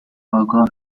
آگاه